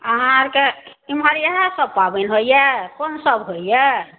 अहाँ आओरके इम्हर इएहसब पाबनि होइए कोनसब होइए